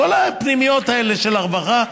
כל הפנימיות האלה של הרווחה.